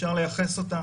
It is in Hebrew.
שאפשר לייחס אותן